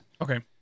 Okay